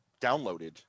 downloaded